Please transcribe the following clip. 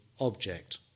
object